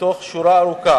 מתוך שורה ארוכה